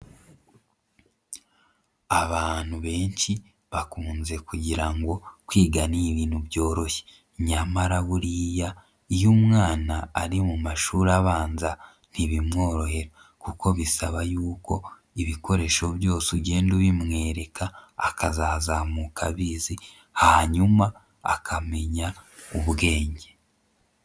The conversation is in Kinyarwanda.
Abantu benshi bakunze kugira ngo kwiga ni ibintu byoroshye, nyamara buriya iyo umwana ari mu mashuri abanza, ntibimworohera kuko bisaba y'uko ibikoresho byose ugenda ubimwereka, akazazamuka abizi hanyuma akamenya ubwenge.